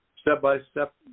step-by-step